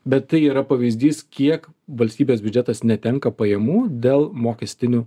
bet tai yra pavyzdys kiek valstybės biudžetas netenka pajamų dėl mokestinių